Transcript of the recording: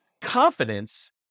confidence